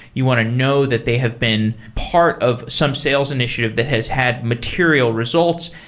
you want to know that they have been part of some sales initiative that has had material results.